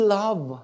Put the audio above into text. love